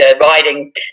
riding